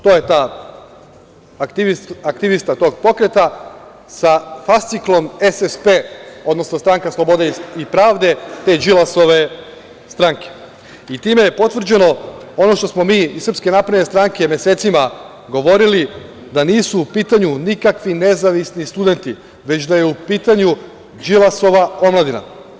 To je aktivista tog pokreta sa fasciklom SPP, odnosno Stranka slobode i pravde te Đilasove stranke i time je potvrđeno ono što smo mi iz SNS mesecima govorili da nisu u pitanju nikakvi nezavisni studenti, već da je u pitanju Đilasova omladina.